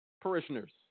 parishioners